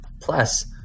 plus